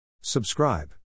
Subscribe